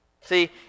See